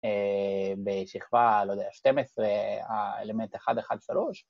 בשכבה, לא יודע, 12, אלמנט 1, 1, 3.